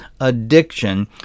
addiction